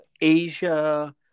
Asia